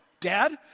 Dad